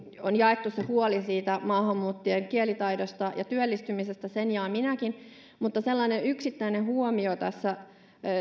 jaettu huoli maahanmuuttajien kielitaidosta ja työllistymisestä sen jaan minäkin mutta sellainen yksittäinen huomio